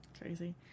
Crazy